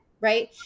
right